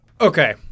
Okay